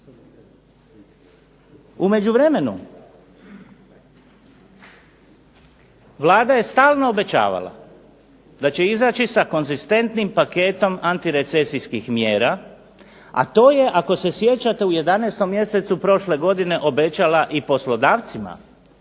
U međuvremenu Vlada je stalno obećavala da će izaći sa konzistentnim paketom antirecesijskih mjera, a to je ako se sjećate u 11. mjesecu prošle godine obećala i poslodavcima